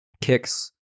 Kicks